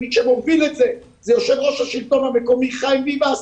מי שמוביל את זה הוא יושב ראש השלטון המקומי חיים ביבס,